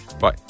Bye